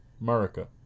America